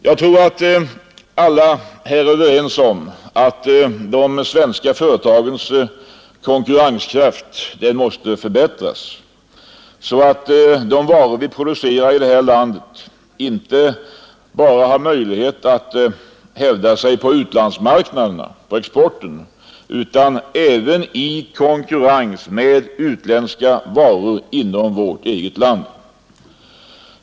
Jag tror alla här är överens om att de svenska företagens konkurrenskraft måste förbättras, så att de varor vi producerar i detta land inte bara har möjlighet att hävda sig på utlandsmarknaderna, på exporten, utan även i konkurrens med utländska varor inom vårt eget land.